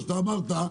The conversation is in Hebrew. כמו שאמרת,